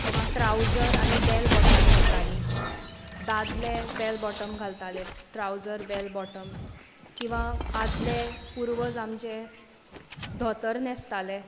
किंवां ट्रावजर आनी bell bottom घालताली दादले बॅल बॉटम घालताले ट्रावजर बॅल बॉटम किंवां आदले पुर्वज आमचे धोतर न्हेंसताले